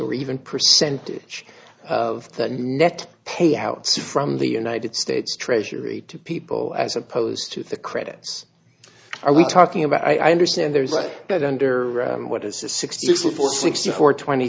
or even percentage of the net payouts from the united states treasury to people as opposed to the credits are we talking about i understand there's like that under what is a sixty four sixty four twenty